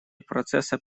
процесса